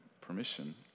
permission